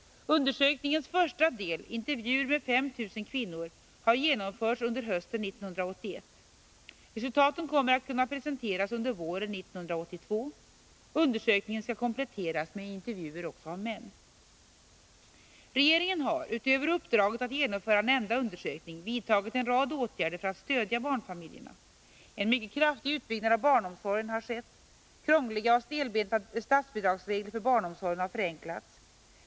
Undersökningens första del — intervjuer med 5 000 kvinnor — har genomförts under hösten 1981. Resultaten kommer att kunna presenteras under våren 1982. Undersökningen skall kompletteras med intervjuer av män. Regeringen har, utöver uppdraget att genomföra nämnda undersökning, vidtagit en rad åtgärder för att stödja barnfamiljerna. En mycket kraftig utbyggnad av barnomsorgen har skett. Krångliga och stelbenta statsbidragsregler för barnomsorgen har förenklats.